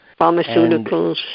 Pharmaceuticals